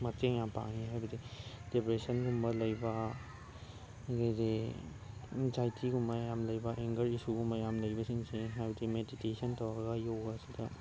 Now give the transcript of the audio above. ꯃꯇꯦꯡ ꯌꯥꯝ ꯄꯥꯡꯉꯤ ꯍꯥꯏꯕꯗꯤ ꯗꯤꯄ꯭ꯔꯦꯁꯟꯒꯨꯝꯕ ꯂꯩꯕ ꯑꯗꯩꯗꯤ ꯑꯦꯟꯖꯥꯏꯇꯤꯒꯨꯝꯕ ꯌꯥꯝ ꯂꯩꯕ ꯑꯦꯡꯒꯔ ꯏꯁꯨꯒꯨꯝꯕ ꯌꯥꯝ ꯂꯩꯕꯁꯤꯡꯁꯦ ꯍꯥꯏꯕꯗꯤ ꯃꯦꯗꯤꯇꯦꯁꯟ ꯇꯧꯔꯒ ꯌꯣꯒꯥꯁꯤꯗ